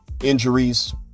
injuries